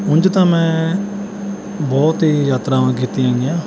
ਉਂਝ ਤਾਂ ਮੈਂ ਬਹੁਤ ਹੀ ਯਾਤਰਾਵਾਂ ਕੀਤੀਆਂ ਹੈਗੀਆਂ